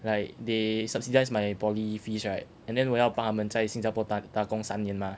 like they subsidise my poly fees right and then 我要帮他们在新加坡打打工三年嘛